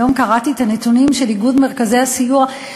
היום קראתי את הנתונים של איגוד מרכזי הסיוע,